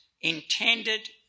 intended